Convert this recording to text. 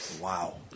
Wow